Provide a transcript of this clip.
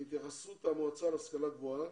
מהתייחסות המועצה להשכלה גבוהה